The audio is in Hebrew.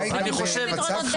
ברשותכם,